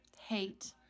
hate